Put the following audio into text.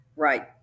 Right